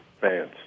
fans